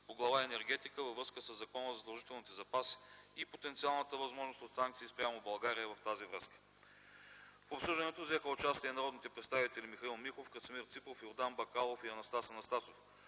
по Глава „Енергетика” във връзка със Закона за задължителните запаси и потенциалната възможност от санкции спрямо България в тази връзка. В обсъждането взеха участие народните представители Михаил Миков, Красимир Ципов, Йордан Бакалов и Анастас Анастасов.